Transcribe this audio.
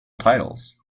titles